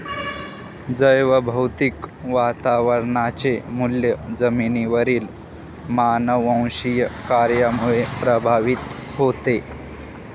जैवभौतिक वातावरणाचे मूल्य जमिनीवरील मानववंशीय कार्यामुळे प्रभावित होते